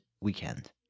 weekend